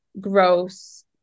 gross